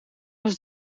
was